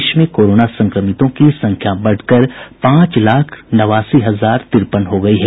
देश में कोरोना संक्रमितों की संख्या बढ़कर पांच लाख आठ हजार नौ सौ तिरपन हो गई है